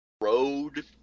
road